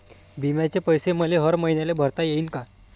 बिम्याचे पैसे मले हर मईन्याले भरता येईन का?